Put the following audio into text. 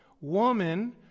woman